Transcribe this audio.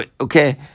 Okay